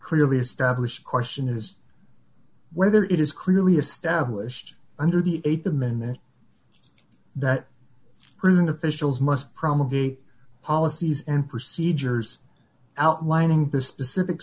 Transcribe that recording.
clearly established question is whether it is clearly established under the th amendment that prison officials must probably policies and procedures outlining the specific